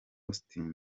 austin